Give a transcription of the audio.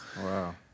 Wow